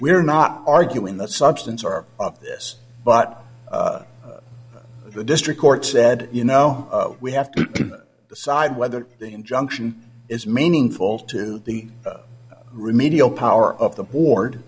we're not arguing the substance or of this but the district court said you know we have to decide whether the injunction is meaningful to the remedial power of the board